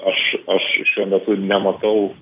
aš aš šiuo metu nematau